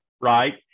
right